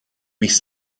mis